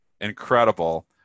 Incredible